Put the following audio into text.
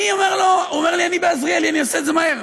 הוא אומר לי: אני ב"עזריאלי" אני עושה את זה מהר,